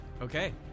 okay